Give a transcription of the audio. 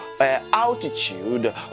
altitude